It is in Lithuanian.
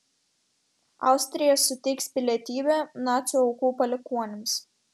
austrija suteiks pilietybę nacių aukų palikuonims